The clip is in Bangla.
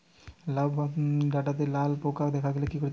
লাউ ডাটাতে লাল পোকা দেখালে কি করতে হবে?